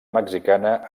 mexicana